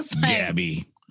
Gabby